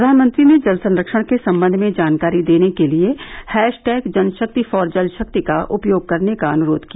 प्रधानमंत्री ने जल संरक्षण के संबंध में जानकारी देने के लिए हैश टैग जन शक्ति फॉर जल शक्ति का उपयोग करने का अनुरोध किया